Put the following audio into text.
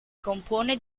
compone